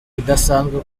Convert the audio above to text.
idasanzwe